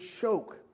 choke